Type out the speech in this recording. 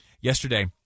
Yesterday